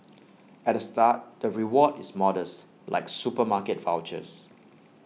at the start the reward is modest like supermarket vouchers